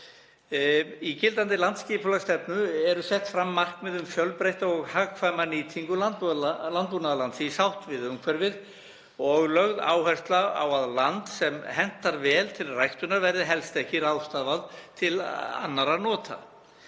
Í gildandi landsskipulagsstefnu eru sett fram markmið um fjölbreytta og hagkvæma nýtingu landbúnaðarlands í sátt við umhverfið og lögð áhersla á að landi sem hentar vel til ræktunar verði helst ekki ráðstafað til annarra nota.